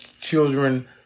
children